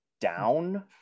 down